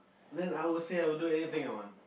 then I would say I would do anything I want